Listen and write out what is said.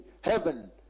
heaven